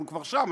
אנחנו כבר שם,